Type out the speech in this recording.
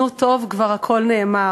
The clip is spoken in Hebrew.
נו, טוב, כבר הכול נאמר.